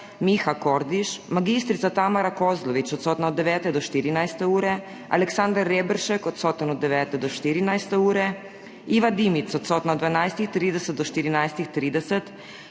Miha Kordiš, mag. Tamara Kozlovič od 9. do 14. ure, Aleksander Reberšek od 9. do 14. ure, Iva Dimic od 12.30 do 14.30,